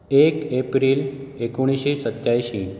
एक एप्रील एकुणशें सत्तायशी